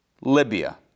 Libya